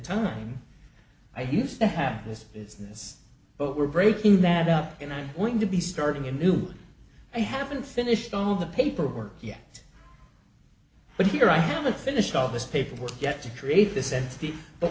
timeline i used to have this business but we're breaking that up and i'm going to be starting a new i haven't finished all the paperwork yet but here i haven't finished all this paperwork yet to